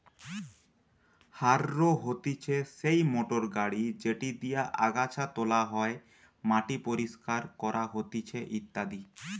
harrow হতিছে সেই motor গাড়ি যেটি দিয়া আগাছা তোলা হয়, মাটি পরিষ্কার করা হতিছে ইত্যাদি